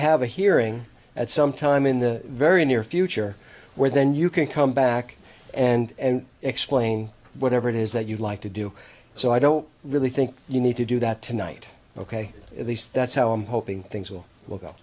have a hearing at some time in the very near future where then you can come back and explain whatever it is that you'd like to do so i don't really think you need to do that tonight ok at least that's how i'm hoping things will